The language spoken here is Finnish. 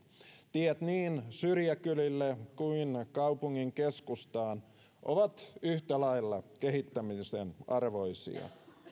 tiet niin syrjäkylille kuin kaupungin keskustaan ovat yhtä lailla kehittämisen arvoisia